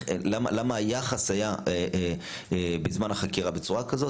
למה היחס היה בזמן החקירה בצורה כזאת